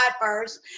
first